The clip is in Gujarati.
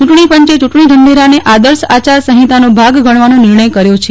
ચૂંટણી પંચે ચૂંટણી ઢંઢેરાને આદર્શ આચાર સંહિતાનો ભાગ ગણવાનો નિર્ણય કર્યો છે